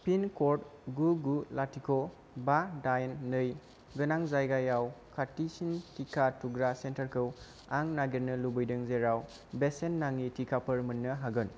pin code गु गु लाथिख' बा दाइन नै गोनां जायगायाव खाथिसिन टिका थुग्रा सेन्टारखौ आं नागिरनो लुबैदों जेराव बेसेन नाङि टिकाफोर मोन्नो हागोन